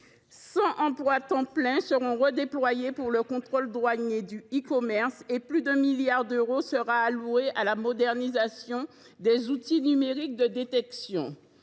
100 équivalents temps plein seront redéployés pour le contrôle douanier du e commerce. Enfin, plus de 1 milliard d’euros seront alloués à la modernisation des outils numériques de détection.